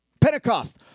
Pentecost